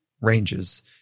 ranges